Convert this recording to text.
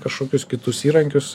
kažkokius kitus įrankius